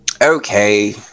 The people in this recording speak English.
Okay